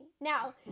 Now